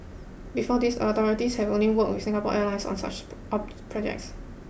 before this the authorities have only worked with Singapore Airlines on such projects